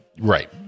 Right